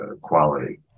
quality